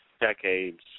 decades